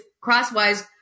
crosswise